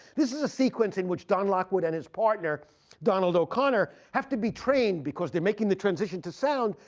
this is a sequence in which don lockwood and his partner donald o'connor have to be trained, because they're making the transition to sound.